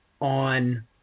on